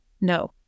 no